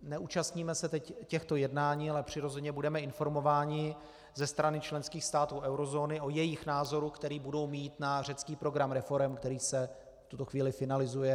Neúčastníme se těchto jednání, ale přirozeně budeme informováni ze strany členských států eurozóny o jejich názoru, který budou mít na řecký program reforem, který se v tuto chvíli finalizuje.